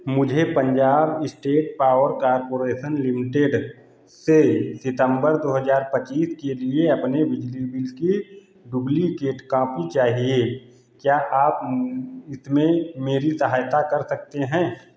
मुझे Punjab state power corporation limited से सितंबर दो हजार पच्चीस के लिए अपने बिजली बिल की डुप्लिकेट कॉपी चाहिए क्या आप इसमें मेरी सहायता कर सकते हैं